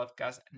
podcast